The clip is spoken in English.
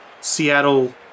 Seattle